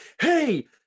hey